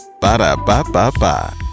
Ba-da-ba-ba-ba